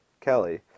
Kelly